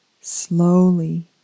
slowly